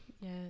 Yes